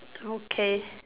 okay